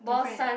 girlfriend